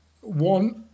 One